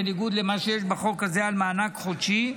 בניגוד למה שיש בחוק הזה על מענק חודשי,